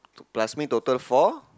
plus me total four